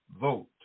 Vote